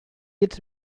iets